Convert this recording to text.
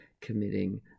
committing